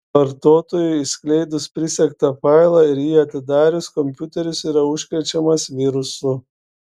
vartotojui išskleidus prisegtą failą ir jį atidarius kompiuteris yra užkrečiamas virusu